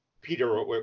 Peter